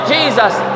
Jesus